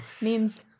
Memes